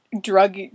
drug